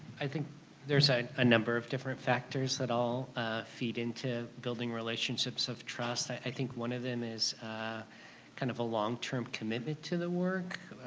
i think there's ah a number of different factors that all ah feed into building relationships of trust i think one of them is kind of a long-term commitment to the work.